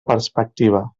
perspectiva